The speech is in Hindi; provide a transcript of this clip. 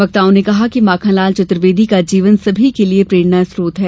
वक्ताओं ने कहा कि माखनलाल चतुर्वेदी का जीवन सभी के लिये प्रेरणा स्रोत है